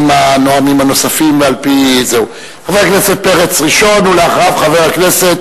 תיקון לפקודת מס הכנסה בעניין קרן נאמנות חייבת וקרן נאמנות